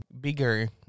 bigger